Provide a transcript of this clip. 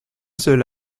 seul